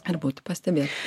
ar būti pastebėtas